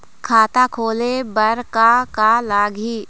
खाता खोले बर का का लगही?